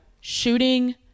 shooting